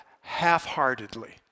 half-heartedly